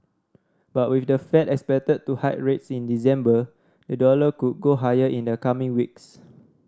but with the Fed expected to hike rates in December the dollar could go higher in the coming weeks